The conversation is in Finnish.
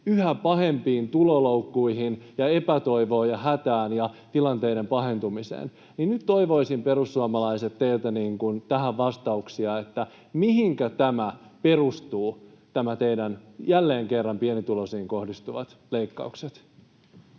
yhä pahempiin tuloloukkuihin ja epätoivoon ja hätään ja tilanteiden pahentumiseen. Nyt toivoisin, perussuomalaiset, teiltä tähän vastauksia. Mihinkä perustuvat nämä teidän jälleen kerran pienituloisiin kohdistuvat leikkauksenne?